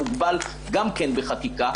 מוגבל גם כן בחקיקה,